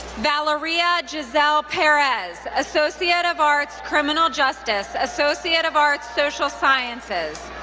valeria gisselle perez, associate of arts, criminal justice, associate of arts, social sciences.